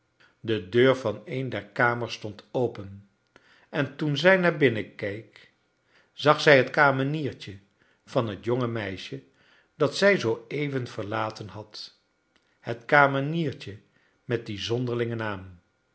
de deur van een der kamers stond open en toen zij naar binnen keek zag zij het kameniertje van bet jonge meisje dat zij zooeven verlaten had het kameniertje met dien zonderlingen naam